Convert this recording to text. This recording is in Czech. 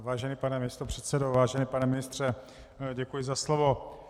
Vážený pane místopředsedo, vážený pane ministře, děkuji za slovo.